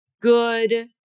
good